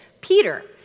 Peter